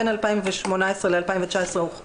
בין 2018 ל-2019,